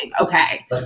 Okay